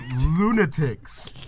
Lunatics